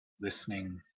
listening